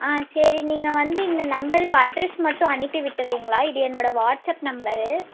ஆ சரி நீங்கள் வந்து இந்த நம்பருக்கு அட்ரெஸ் மட்டும் அனுப்பி விட்டுரிங்கல்லா இது என்னோட வாட்சப் நம்பரு